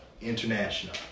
International